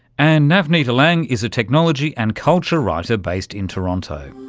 and navneet alang is a technology and culture writer based in toronto.